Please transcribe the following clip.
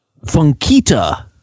Funkita